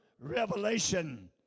Revelation